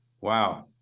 Wow